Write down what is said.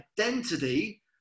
identity